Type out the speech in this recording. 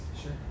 Sure